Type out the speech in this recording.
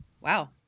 wow